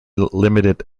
limited